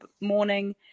morning